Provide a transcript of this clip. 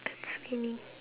that's winning